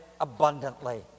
abundantly